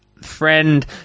Friend